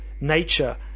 nature